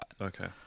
Okay